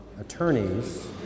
attorneys